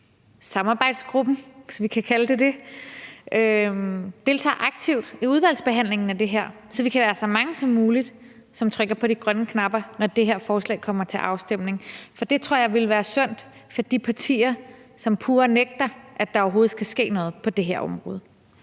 samarbejdsgruppen, hvis vi kan kalde den det, deltager aktivt i udvalgsbehandlingen af det her, så vi kan være så mange som muligt, som trykker på de grønne knapper, når det her forslag kommer til afstemning. For det tror jeg vil være sundt for de partier, som pure nægter, at der overhovedet skal ske noget på det her område.